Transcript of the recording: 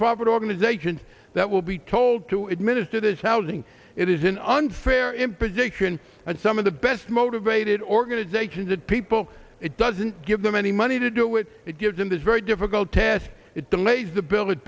nonprofit organizations that will be told to administer this housing it is an unfair imposition and some of the best motivated organizations of people it doesn't give them any money to do it it gives in this very difficult task it delays the bil